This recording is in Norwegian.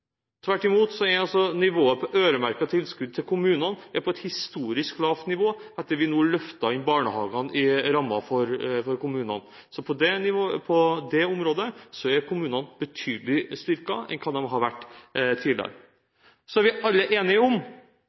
Tvert imot er nivået på øremerkede tilskudd til kommunene på et historisk lavt nivå, etter at vi nå løftet barnehagene inn i rammene for kommunene. Så på det området er kommunene betydelig mer styrket enn det de har vært tidligere. Så er vi alle enige om